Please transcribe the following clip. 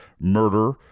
murder